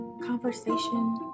conversation